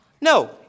No